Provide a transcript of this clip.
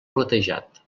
platejat